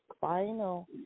final